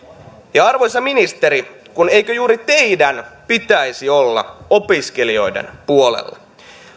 arvoisa ministeri eikö juuri teidän pitäisi olla opiskelijoiden puolella